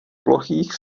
plochých